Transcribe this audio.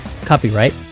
Copyright